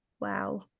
Wow